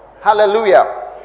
Hallelujah